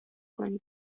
کنید